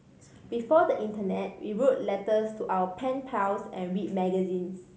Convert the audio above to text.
before the internet we wrote letters to our pen pals and read magazines